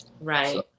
Right